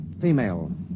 Female